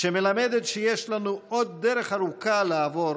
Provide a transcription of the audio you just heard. שמלמדת שיש לנו עוד דרך ארוכה לעבור